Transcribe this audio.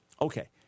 Okay